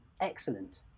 Excellent